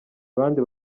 bande